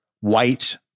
white